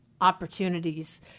opportunities